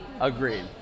agreed